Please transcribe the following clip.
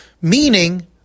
Meaning